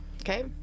Okay